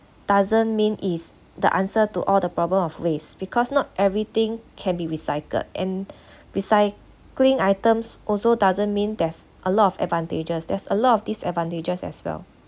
doesn't mean is the answer to all the problem of waste because not everything can be recycled and recycling items also doesn't mean there's a lot of advantages there's a lot of disadvantages as well